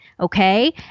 Okay